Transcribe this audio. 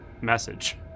message